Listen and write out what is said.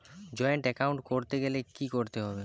Joint account করতে গেলে কি করতে হবে?